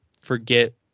forget